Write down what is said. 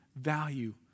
value